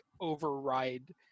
override